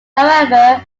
however